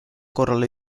korral